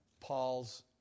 Paul's